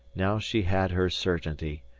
now she had her certainty,